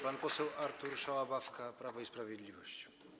Pan poseł Artur Szałabawka, Prawo i Sprawiedliwość.